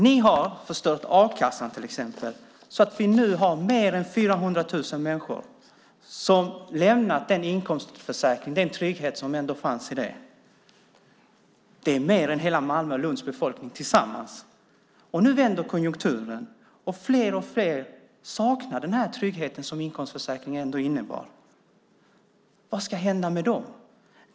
Ni har till exempel förstört a-kassan så att fler än 400 000 människor har lämnat den inkomstförsäkring och den trygghet som ändå fanns i den. Det är mer än hela Malmös och Lunds befolkning tillsammans. Nu vänder konjunkturen, och fler och fler saknar den trygghet som inkomstförsäkringen ändå innebar. Vad ska hända med dem?